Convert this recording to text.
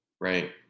Right